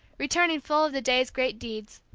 returning full of the day's great deeds,